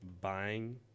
buying